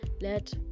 let